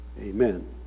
amen